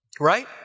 Right